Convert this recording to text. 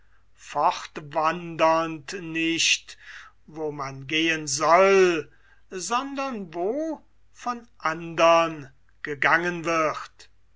fortwandernd nicht wo man gehen soll sondern wo gegangen wird